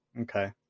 Okay